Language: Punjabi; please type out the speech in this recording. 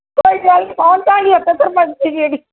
ਕੋਈ ਗੱਲ ਨਹੀਂ ਪਹੁੰਚ ਜਾਵਾਂਗੀ ਉੱਥੇ ਸਰਪੰਚ ਦੀ ਡੇਅਰੀ